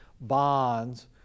bonds